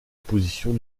position